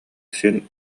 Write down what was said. син